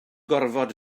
gorfod